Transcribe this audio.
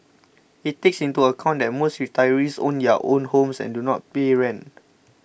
it takes into account that most retirees own their own homes and do not pay rent